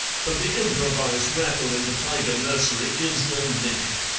but the improvised rattle in the tiger-nursery is the limit.